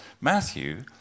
Matthew